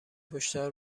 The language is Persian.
هشدار